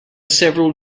several